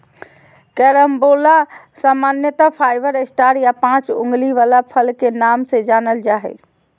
carambola सामान्यत five star या पाँच उंगली वला फल के नाम से जानल जा हय